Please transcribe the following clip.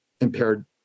impaired